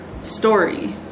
story